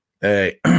Hey